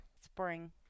Spring